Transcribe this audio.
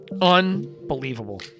Unbelievable